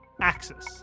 Axis